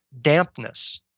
Dampness